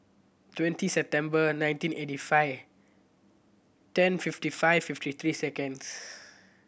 twenty September nineteen eighty five ten fifty five fifty three seconds